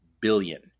billion